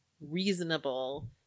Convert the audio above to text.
reasonable